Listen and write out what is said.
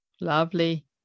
Lovely